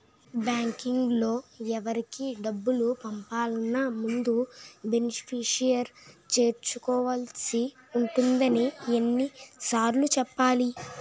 net బాంకింగ్లో ఎవరికి డబ్బులు పంపాలన్నా ముందు బెనిఫిషరీని చేర్చుకోవాల్సి ఉంటుందని ఎన్ని సార్లు చెప్పాలి